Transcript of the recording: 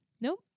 Nope